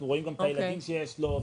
אנחנו רואים גם את הילדים שיש לו,